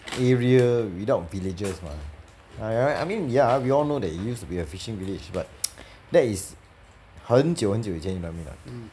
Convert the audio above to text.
area without villagers mah by right I mean ya we all know it used to be a fishing village but that is 很久很久以前 you know what I mean or not